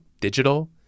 digital